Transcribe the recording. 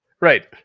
right